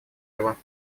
его